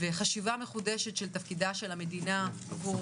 יש צורך בחשיבה מחודשת של המדינה עבור